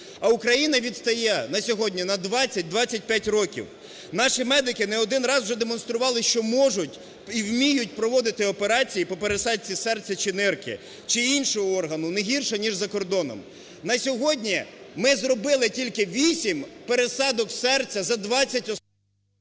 А Україна відстає на сьогодні на 20-25 років! Наші медики не один раз вже демонстрували, що можуть і вміють проводити операції по пересадці серця чи нирки, чи іншого органу не гірше, ніж за кордоном. На сьогодні ми зробили тільки 8 пересадок серця за 20…